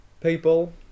People